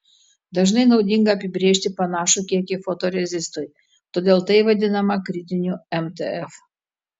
dažnai naudinga apibrėžti panašų kiekį fotorezistui todėl tai vadinama kritiniu mtf